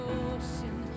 ocean